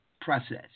process